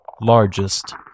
largest